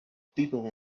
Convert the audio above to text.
people